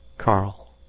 karl!